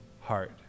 heart